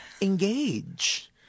engage